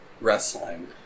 wrestling